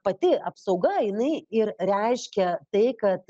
pati apsauga jinai ir reiškia tai kad